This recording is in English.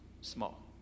small